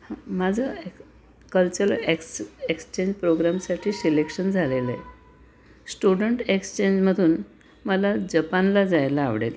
हां माझं cultural ex exchange प्रोग्रामसाठी शिलेक्शन झालेलं आहे स्टुडंट एक्सचेंजमधून मला जपानला जायला आवडेल